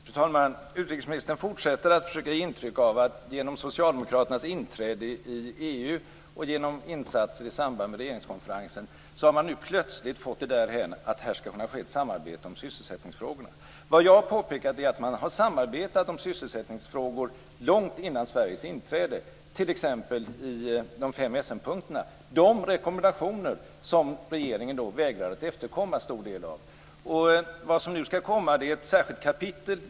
Fru talman! Utrikesministern fortsätter att försöka ge intryck av att genom Socialdemokraternas inträde i EU och genom insatser i samband med regeringskonferensen har man nu plötsligt nått därhän att det skall ske ett samarbete om sysselsättningsfrågorna. Vad jag påpekade är att man har samarbetat om sysselsättningsfrågor långt innan Sveriges inträde. Ett sådant samarbete fanns t.ex. i de fem Essenpunkterna, de rekommendationer som regeringen då till stor del vägrade att efterkomma. Vad som nu skall komma är ett särskilt kapitel.